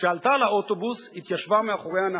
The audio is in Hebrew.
כשעלתה לאוטובוס, התיישבה מאחורי הנהג.